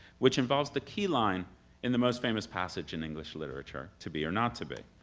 which involves the key line in the most famous passage in english literature, to be or not to be.